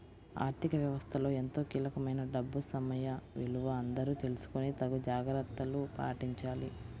ఆర్ధిక వ్యవస్థలో ఎంతో కీలకమైన డబ్బు సమయ విలువ అందరూ తెలుసుకొని తగు జాగర్తలు పాటించాలి